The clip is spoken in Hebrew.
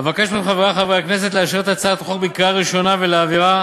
אבקש מחברי חברי הכנסת לאשר את הצעת החוק בקריאה ראשונה ולהעבירה